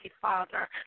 Father